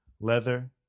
leather